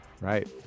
Right